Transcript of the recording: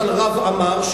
למשל לרב עמאר,